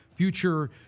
Future